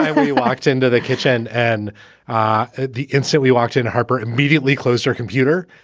when you walked into the kitchen and the instant we walked in, harper immediately closed her computer